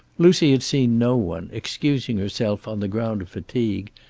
lucy had seen no one, excusing herself on the ground of fatigue,